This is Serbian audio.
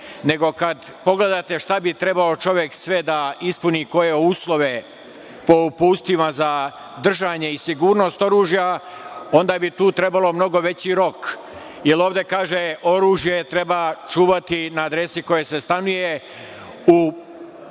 nego kad pogledate šta bi trebalo čovek sve da ispuni, koje uslove po uputstvima za držanje i sigurnost oružja, onda bi tu trebalo mnogo veći rok, jer ovde kaže – oružje treba čuvati na adresi na kojoj se stanuje u prostoru